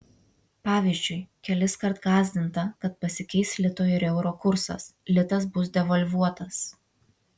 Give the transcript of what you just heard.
pavyzdžiui keliskart gąsdinta kad pasikeis lito ir euro kursas litas bus devalvuotas